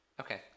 Okay